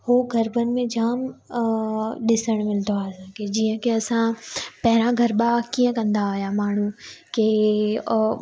उहो गरबनि में जाम अ ॾिसण मिलंदो आहे जीअं की असां पहिरां गरबा कीअं कंदा हुया माण्हू के ओ